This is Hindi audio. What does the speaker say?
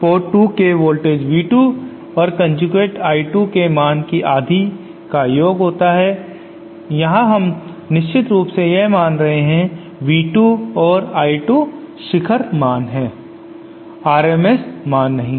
पोर्ट 2 के वोल्टेज V2 और कोंजूगेट करंट I2 के मान की आधी का योग होता है यहां हम निश्चित रूप से मान रहे हैं कि V2 और I2 शिखर मान है आरएमएस मान नहीं